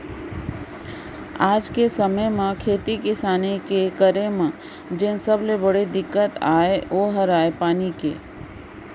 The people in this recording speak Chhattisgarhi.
आज के समे म खेती किसानी के करे म जेन सबले बड़े दिक्कत अय ओ हर अय पानी के